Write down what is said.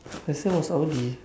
last time was audi